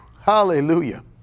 Hallelujah